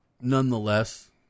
Nonetheless